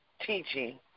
teaching